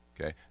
Okay